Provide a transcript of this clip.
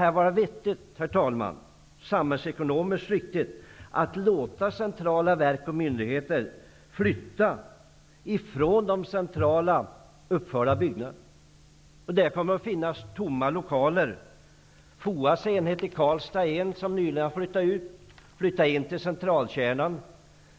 Kan det vara vettigt och samhällsekonomiskt riktigt, herr talman, att låta centrala verk och myndigheter flytta från centralt uppförda byggnader? Det kommer att leda till att det blir tomma lokaler. FOA:s enhet i Karlstad har nyligen flyttat ut ur sina lokaler och flyttat in till centralt belägna lokaler.